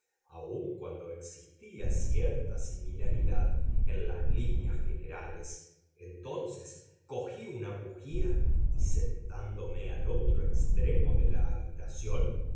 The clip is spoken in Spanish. aun cuando existía cierta similaridad en las líneas generales entonces cogí una bujía y sentándome al otro extremo de la habitación